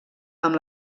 amb